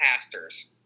pastors